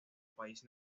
país